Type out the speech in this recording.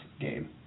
game